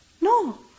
No